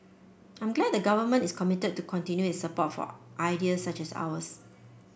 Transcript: I'm glad the Government is committed to continue its support for ideas such as ours